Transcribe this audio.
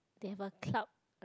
they have a club like